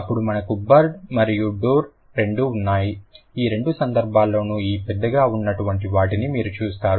అప్పుడు మనకు బర్ద్ మరియు డోర్ రెండూ ఉన్నాయి ఈ రెండు సందర్భాల్లోనూ ఈ పెద్ద గా వున్నటువంటి వాటిని మీరు చూస్తారు